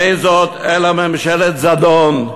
אין זאת אלא ממשלת זדון,